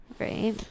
Right